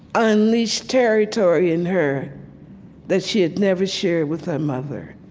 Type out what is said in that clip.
unleashed territory in her that she had never shared with her mother.